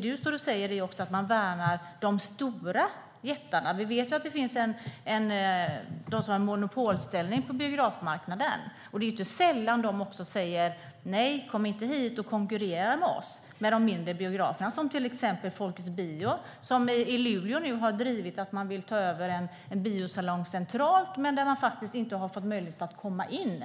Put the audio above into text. Du säger att man värnar de stora biograferna. Vi vet att det finns de som har en monopolställning på biografmarknaden. Det är inte sällan som de säger: Nej, kom inte hit och konkurrera med oss! Det säger de till de mindre biograferna, som Folkets Bio, som i Luleå har drivit att man vill ta över en biosalong som ligger centralt men där man faktiskt inte har fått möjlighet att komma in.